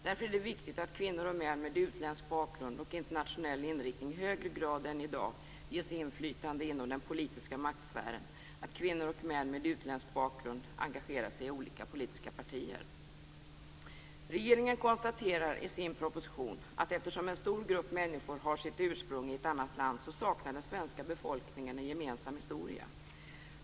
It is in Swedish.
Därför är det viktigt att kvinnor och män med utländsk bakgrund och internationell inriktning i högre grad än i dag ges inflytande inom den politiska maktsfären. Det är viktigt att kvinnor och män med utländsk bakgrund engagerar sig i olika politiska partier. Regeringen konstaterar i sin proposition att eftersom en stor grupp människor har sitt ursprung i ett annat land saknar den svenska befolkningen en gemensam historia.